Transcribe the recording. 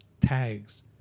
tags